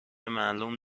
معلوم